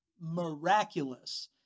miraculous